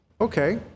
Okay